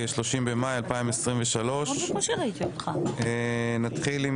30 במאי 2023. נתחיל עם